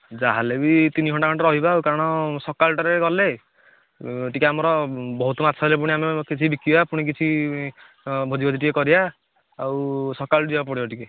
ଯାହା ହେଲେବି ତିନି ଘଣ୍ଟା ଖଣ୍ଡେ ରହିବା ଆଉ କାରଣ ସକାଳଟାରେ ଗଲେ ଟିକିଏ ଆମର ବହୁତ ମାଛ ହେଲେ ପୁଣି ଆମେ କିଛି ବିକିବା ପୁଣି କିଛି ଭୋଜି ଫୋଜି ଟିକିଏ କରିବା ଆଉ ସକାଳେ ଯିବାକୁ ପଡ଼ିବ ଟିକିଏ